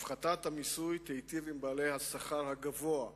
הפחתת המיסוי תיטיב עם בעלי השכר הגבוה,